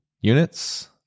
units